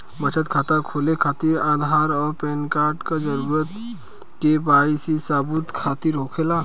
बचत खाता खोले खातिर आधार और पैनकार्ड क जरूरत के वाइ सी सबूत खातिर होवेला